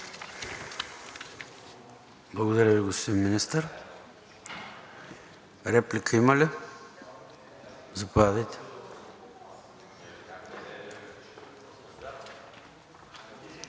Благодаря Ви, господин Министър. Реплика има ли? Заповядайте.